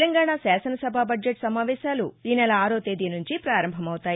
తెలంగాణ శాసనసభ బద్జెట్ సమావేశాలు ఈనెల ఆరో తేదీ నుంచి పారంభమవుతాయి